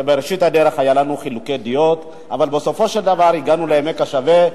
שבראשית הדרך היו לנו חילוקי דעות אבל בסופו של דבר הגענו לעמק השווה.